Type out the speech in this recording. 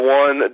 one